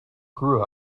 grew